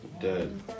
Dead